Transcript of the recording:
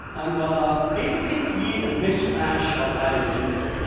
i'm going to basically create a mish mash of identities.